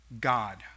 God